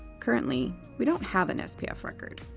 currently, we don't have an spf record.